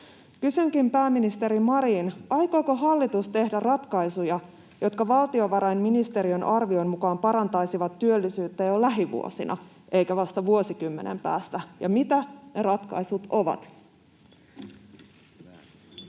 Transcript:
Kysynkin, pääministeri Marin: aikooko hallitus tehdä ratkaisuja, jotka valtiovarainministeriön arvion mukaan parantaisivat työllisyyttä jo lähivuosina eivätkä vasta vuosikymmenen päästä, ja mitä ne ratkaisut ovat?